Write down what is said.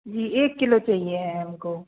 जी एक किलो चाहिए है हमको